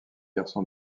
garçon